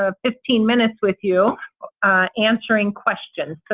ah fifteen minutes with you answering questions. so